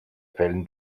fällen